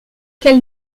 quel